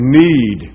need